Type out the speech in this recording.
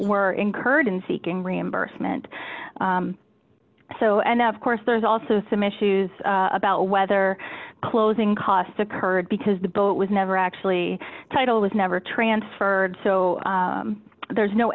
were incurred in seeking reimbursement so and of course there's also some issues about whether closing costs occurred because the boat was never actually title was never transferred so there's no